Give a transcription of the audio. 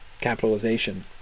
capitalization